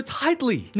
tightly